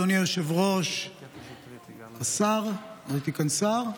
אדוני היושב-ראש, השר, ראיתי כאן שר?